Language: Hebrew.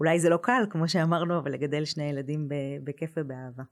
אולי זה לא קל כמו שאמרנו אבל לגדל שני ילדים בכיף ובאהבה